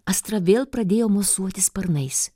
astra vėl pradėjo mosuoti sparnais